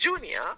junior